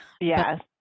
Yes